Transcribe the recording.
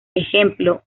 ejemplo